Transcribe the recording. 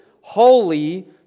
holy